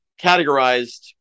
categorized